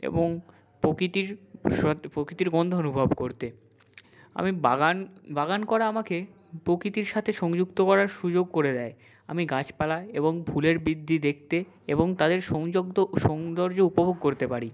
এবং প্রকৃতির প্রকৃতির গন্ধ অনুভব করতে আমি বাগান বাগান করা আমাকে প্রকৃতির সাথে সংযুক্ত করার সুযোগ করে দেয় আমি গাছপালা এবং ফুলের বৃদ্ধি দেখতে এবং তাদের সংযুক্ত সৌন্দর্য উপভোগ করতে পারি